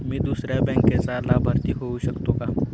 मी दुसऱ्या बँकेचा लाभार्थी होऊ शकतो का?